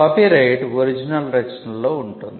copyright original రచనలలో ఉంటుంది